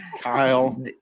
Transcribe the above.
Kyle